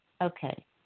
Okay